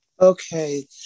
Okay